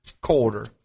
quarter